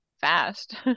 fast